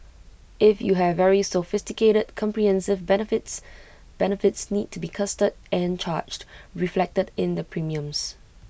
if you have very sophisticated comprehensive benefits benefits need to be costed and charged reflected in the premiums